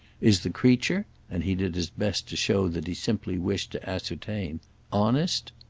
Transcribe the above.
is the creature and he did his best to show that he simply wished to ascertain honest?